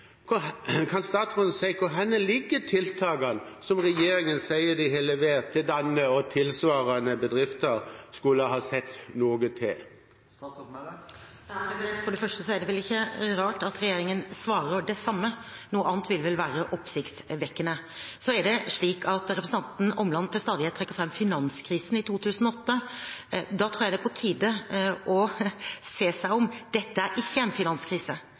Kan statsråden si hvor de tiltakene ligger som regjeringen sier de har levert, og som denne og tilsvarende bedrifter skulle ha sett noe til? For det første er det vel ikke rart at regjeringen svarer det samme – noe annet ville vel være oppsiktsvekkende. Så er det slik at representanten Omland til stadighet trekker fram finanskrisen i 2008. Da tror jeg det er på tide å se seg om. Dette er ikke en finanskrise.